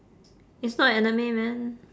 it's not a anime man